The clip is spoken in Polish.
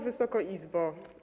Wysoka Izbo!